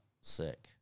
sick